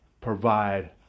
provide